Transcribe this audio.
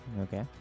Okay